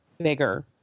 bigger